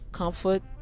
Comfort